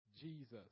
Jesus